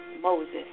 Moses